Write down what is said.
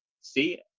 see